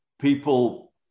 people